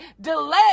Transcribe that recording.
delay